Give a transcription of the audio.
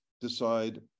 decide